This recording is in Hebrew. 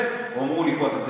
אמרו לי: בוא נשב,